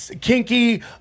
kinky